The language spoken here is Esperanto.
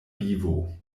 vivo